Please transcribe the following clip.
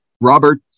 Robert